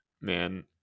Man